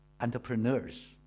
entrepreneurs